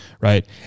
right